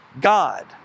God